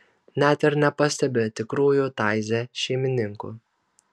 net ir nepastebi tikrųjų taize šeimininkų